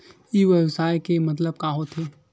ई व्यवसाय के मतलब का होथे?